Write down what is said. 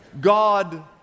God